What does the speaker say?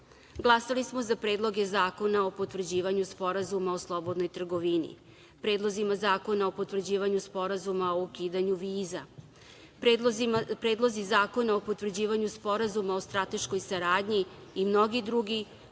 stanom. Glasali smo za predloge zakona o potvrđivanju sporazuma o slobodnoj trgovini, predlozima zakona o potvrđivanju sporazuma o ukidanju viza, predlozima zakona o potvrđivanju sporazuma o strateškoj saradnji i mnogi drugi,